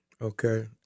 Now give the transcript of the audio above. Okay